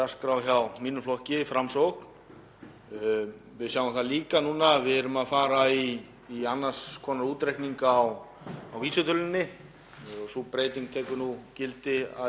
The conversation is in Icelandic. Sú breyting tekur gildi, að ég held, í byrjun mars. Það var margt áhugavert sem kom fram í ræðunni og margt sem ég get vel tekið undir.